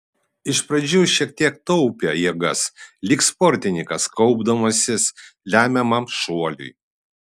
iš pradžių šiek tiek taupė jėgas lyg sportininkas kaupdamasis lemiamam šuoliui